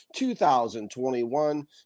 2021